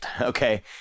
okay